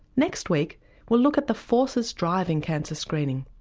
next week we'll look at the forces driving cancer screening.